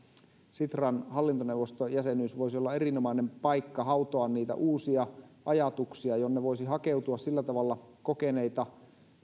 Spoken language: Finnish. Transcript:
sitran hallintoneuvosto jäsenyys voisi olla erinomainen paikka hautoa niitä uusia ajatuksia ja sinne voisi hakeutua sillä tavalla kokeneita